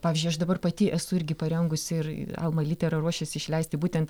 pavyzdžiui aš dabar pati esu irgi parengusi ir alma litera ruošiasi išleisti būtent